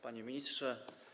Panie Ministrze!